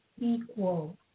equal